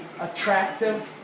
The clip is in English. attractive